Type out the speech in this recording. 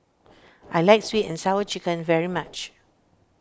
I like Sweet and Sour Chicken very much